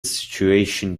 situation